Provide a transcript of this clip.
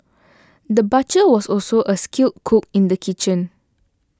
the butcher was also a skilled cook in the kitchen